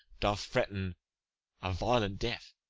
doth threaten a violent death.